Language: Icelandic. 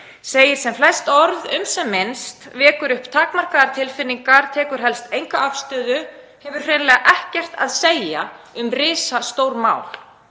segir sem flest orð um sem minnst, vekur upp takmarkaðar tilfinningar, tekur helst enga afstöðu og hefur hreinlega ekkert að segja um risastór mál.